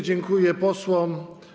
Dziękuję posłom.